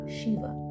Shiva